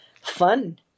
fun